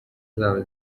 zabo